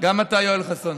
גם אתה יואל חסון,